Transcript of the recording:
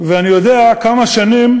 אני יודע כמה שנים